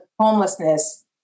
homelessness